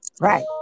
Right